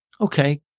Okay